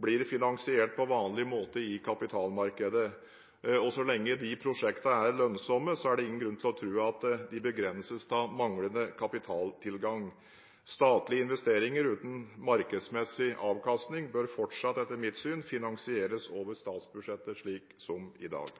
blir finansiert på vanlig måte i kapitalmarkedet. Så lenge de prosjektene er lønnsomme, er det ingen grunn til å tro at de begrenses av manglende kapitaltilgang. Statlige investeringer uten markedsmessig avkastning bør fortsatt – etter mitt syn – finansieres over statsbudsjettet slik som i dag.